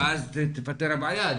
ואז תיפתר הבעיה.